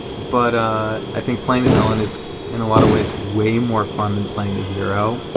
but i think playing the villain is in a lot of ways way more fun than playing the hero.